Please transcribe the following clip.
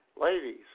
ladies